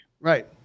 Right